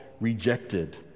rejected